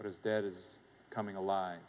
what is dead is coming alive